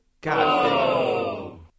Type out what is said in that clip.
God